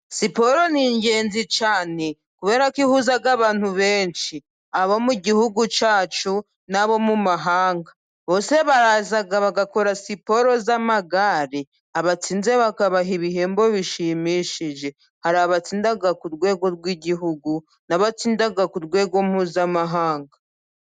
Siporo ni ingenzi cyane kubera ko ihuza abantu benshi, abo mu gihugu cyacu n'abo mu mahanga bose baraza, bagakora siporo z'amagare abatsinze bakabaha ibihembo bishimishije, hari abatsinda ku rwego rw'igihugu n'abatsinda ku rwego mpuzamahanga.